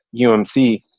UMC